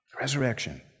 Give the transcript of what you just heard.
Resurrection